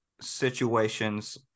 situations